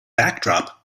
backdrop